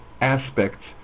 aspects